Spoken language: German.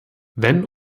wenn